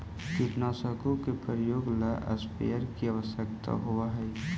कीटनाशकों के प्रयोग ला स्प्रेयर की आवश्यकता होव हई